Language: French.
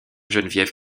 geneviève